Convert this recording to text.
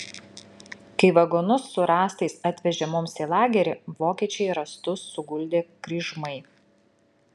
kai vagonus su rąstais atvežė mums į lagerį vokiečiai rąstus suguldė kryžmai